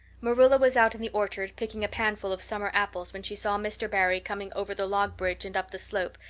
marilla was out in the orchard picking a panful of summer apples when she saw mr. barry coming over the log bridge and up the slope,